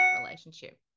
relationship